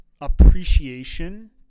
appreciation